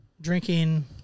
drinking